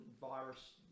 virus